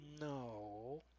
no